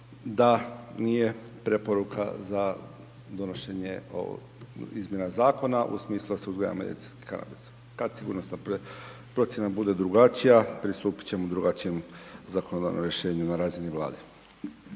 da nije preporuka za donošenje ovih izmjena zakona u smislu da se uzgaja medicinski kanabis. Kad sigurnosna procjena bude drugačija, pristupit ćemo drugačijem zakonodavnom rješenju na razini Vlade.